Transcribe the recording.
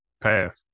path